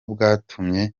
bwatumye